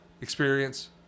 experience